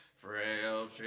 Frail